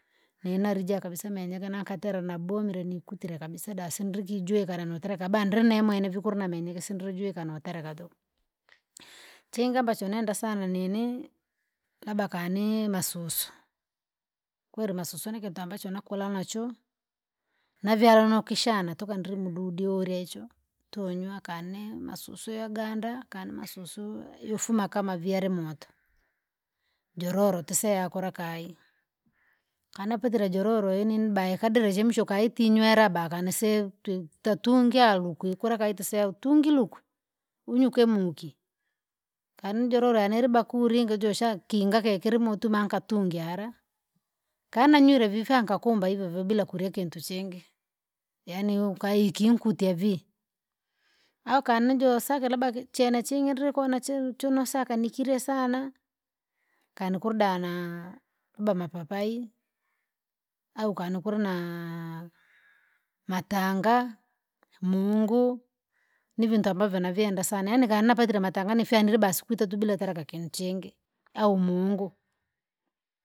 Ninali ja kabisa menyeke nakatele nabomire nikutire kabisa dasi ndrukijweka notereka bandrimwenevo kulinamenye kusindrujwika notereka tuku, chingi ambacho nenda sana nini, labda kani masusu, kwali masusu ni kintu nakuala nacho? Navyala nukishana tuku ndri mududi ulyecho tunywa akane masusu yoganda kana masusu yofuma kama viele moto. Joror tuseya kula kayi, kana upatire jororo inimbai kadri jemshuka jemshuka eti nywera ba kanisevu, tuitatungyalu kwikula kayi tuseya utinguluke, unyuke muki, kanjelola nilibakuri ilingi joshakingage kilimutuma nkatungiala, kana nywile vifaa nkakumba hivohivo bila kurya kintua chingi. Yaani ukaikinkutya vii, au kanijosakia labda ki- chene chingi ndri konacheru chonasaka nikirye sana, kana ukurdana labda mapapai, au kana ukurna, matanga? Mungu, nivintu ambavyo navyenda sana yaani kanapatire matanga nifyanile basi kwitatu bila kara kakinchingi, au muungu.